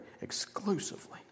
exclusively